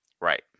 Right